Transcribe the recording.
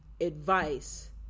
advice